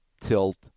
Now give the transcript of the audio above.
tilt